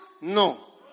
No